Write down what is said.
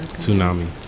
Tsunami